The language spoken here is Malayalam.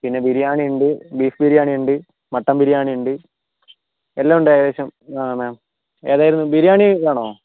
പിന്നെ ബിരിയാണി ഉണ്ട് ബീഫ് ബിരിയാണി ഉണ്ട് മട്ടൻ ബിരിയാണി ഉണ്ട് എല്ലാം ഉണ്ട് ഏകദേശം മാം ഏതായിരുന്നു ബിരിയാണി വേണോ